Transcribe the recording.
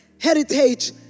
heritage